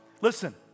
listen